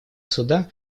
суда